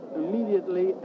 immediately